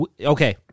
Okay